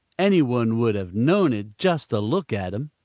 any one would have known it just to look at him.